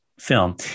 film